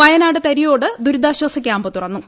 വയനാട് തരിയോട് ദുരിതാശ്വാസ ക്യാമ്പ് തുറന്നു